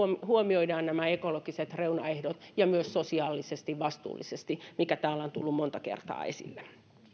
huomioidaan nämä ekologiset reunaehdot ja myös sosiaalisesti vastuullisesti mikä täällä on tullut monta kertaa esille